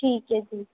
ਠੀਕ ਹੈ ਜੀ